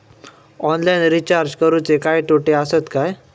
Online recharge करुचे काय तोटे आसत काय?